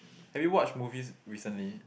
have you watched movies recently